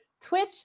Twitch